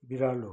बिरालो